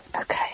Okay